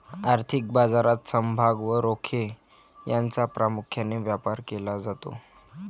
आर्थिक बाजारात समभाग व रोखे यांचा प्रामुख्याने व्यापार केला जातो